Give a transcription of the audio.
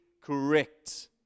correct